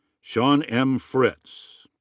sean m. fritz.